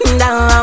down